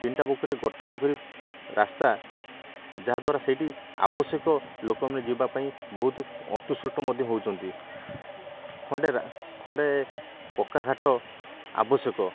ତିନିଟା ପୋଖରୀ ଗୋଟେ ପୋଖରୀ ରାସ୍ତା ଯାହାଦ୍ଵାରା ସେଇଠି ଆବଶ୍ୟକ ଲୋକମାନେ ଯିବାପାଇଁ ବହୁତ ଅସନ୍ତୁଷ୍ଟ ମଧ୍ୟ ହେଉଛନ୍ତି ଖଣ୍ଡେ ଖଣ୍ଡେ ପକ୍କା ଘାଟ ଆବଶ୍ୟକ